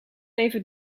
even